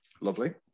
Lovely